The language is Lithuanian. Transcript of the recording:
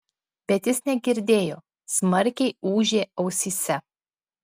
bet jis negirdėjo smarkiai ūžė ausyse